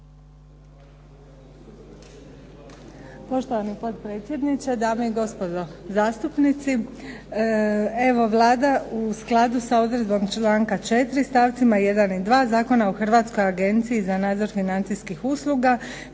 Poštovani potpredsjedniče, dame i gospodo zastupnici. Vlada u skladu s odredbom članka 4. stavcima 1. i 2. Zakona o Hrvatskoj agenciji za nadzor financijskih usluga